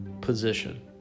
position